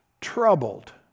troubled